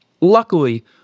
Luckily